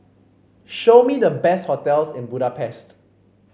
show me the best hotels in Budapest